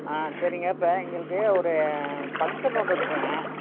ஆ சரிங்க இப்போ எங்களுக்கு ஒரு ஃபங்க்ஷன் ஒன்று இருக்குதுங்க